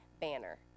banner